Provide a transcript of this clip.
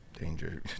Danger